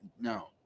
no